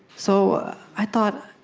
so i thought